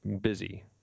busy